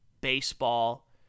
baseball